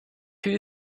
were